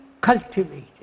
cultivated